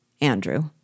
Andrew